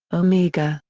omega,